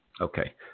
Okay